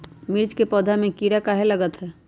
मिर्च के पौधा में किरा कहे लगतहै?